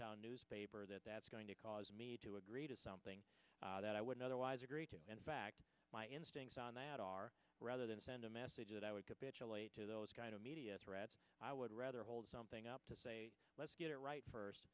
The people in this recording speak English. hometown newspaper that that's going to cause me to agree to something that i would otherwise agree to in fact my instincts on that are rather than send a message that i would capitulate to those kind of media threats i would rather hold something up to say let's get it right first